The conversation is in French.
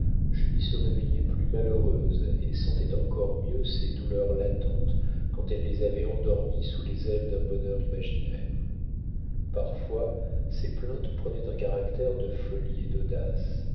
se réveillait plus malheureuse et sentait encore mieux ses douleurs latentes quand elle les avait endormies sous les ailes d'un bonheur imaginaire parfois ses plaintes prenaient un caractère de folie et d'audace